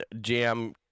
jam